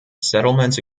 settlements